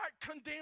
condemn